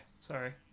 Sorry